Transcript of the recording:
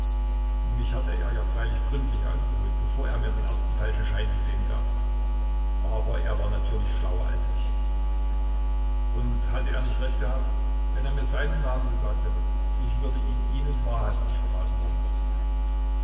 mich hatte er ja freilich gründlich ausgeholt bevor er mir den ersten falschen schein zu sehen gab aber er war natürlich schlauer als ich und hatte er nicht recht gehabt wenn er mir seinen namen gesagt hätte ich würde ihn ihnen wahrhaftig verraten haben